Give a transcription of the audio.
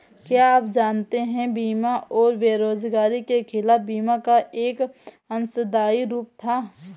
क्या आप जानते है बीमारी और बेरोजगारी के खिलाफ बीमा का एक अंशदायी रूप था?